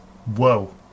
Whoa